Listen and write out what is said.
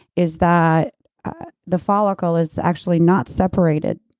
is that the follicle is actually not separated.